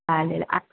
चालेल आ